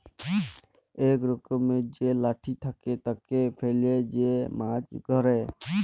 ইক রকমের যে লাঠি থাকে, তাকে ফেলে যে মাছ ধ্যরে